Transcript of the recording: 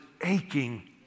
aching